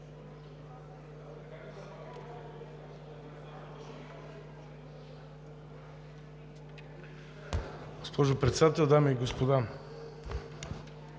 Госпожо Председател, дами и господа